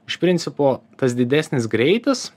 iš principo tas didesnis greitis